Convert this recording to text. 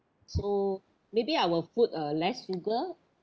so maybe our food uh less sugar